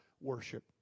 worship